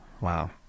Wow